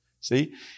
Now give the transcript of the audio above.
see